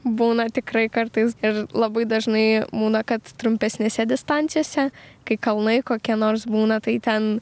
būna tikrai kartais ir labai dažnai būna kad trumpesnėse distancijose kai kalnai kokie nors būna tai ten